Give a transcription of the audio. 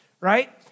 right